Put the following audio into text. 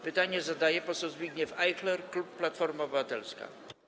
Pytanie zadaje poseł Zbigniew Ajchler, klub Platforma Obywatelska.